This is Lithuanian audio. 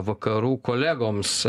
vakarų kolegoms